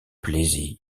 plaisir